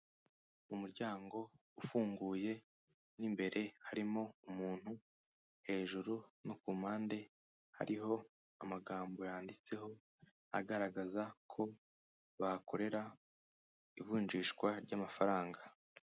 Mu muryango ufunguye mo imbere harimo umuntu, hejuru no ku mpande hariho amagambo yanditseho, agaragaza ko bahakorera ivunjishwa ry'amafaranga.